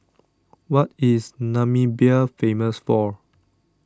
what is Namibia famous for